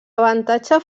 avantatge